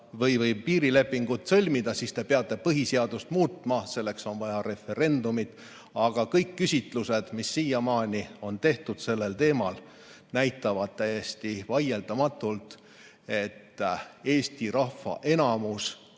soovite piirilepingut sõlmida, siis te peate põhiseadust muutma. Selleks on vaja referendumit. Aga kõik küsitlused, mis siiamaani on sellel teemal tehtud, näitavad vaieldamatult, et Eesti rahva enamus